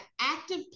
active